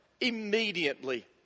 immediately